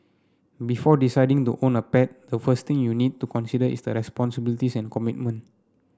before deciding to own a pet the first thing you need to consider is the responsibilities and commitment